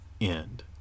end